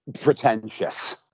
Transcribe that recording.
pretentious